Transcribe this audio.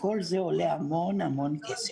כל זה עולה המון כסף.